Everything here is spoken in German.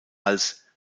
als